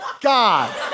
God